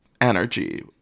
energy